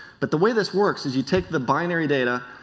but the way this works is you take the bineary data,